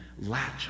latch